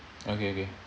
okay okay